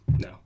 No